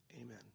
Amen